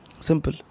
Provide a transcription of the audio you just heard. Simple